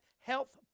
health